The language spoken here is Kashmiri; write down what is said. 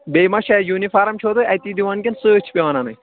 بیٚیہِ ما چھِ اَ یوٗنِفارم چھُو تُہۍ اَتی دِوان کِنہٕ سۭتۍ چھِ پٮ۪وان اَنٕنۍ